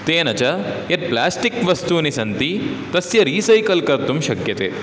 तेन च यत् प्लेस्टिक् वस्तूनि सन्ति तस्य रीसैकल् कर्तुं शक्यते